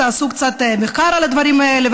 תעשו קצת מחקר על הדברים האלה,